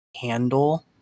handle